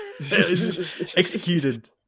Executed